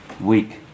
week